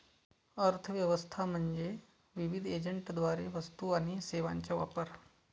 अर्थ व्यवस्था म्हणजे विविध एजंटद्वारे वस्तू आणि सेवांचा वापर